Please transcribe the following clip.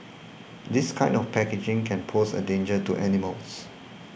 this kind of packaging can pose a danger to animals